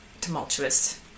tumultuous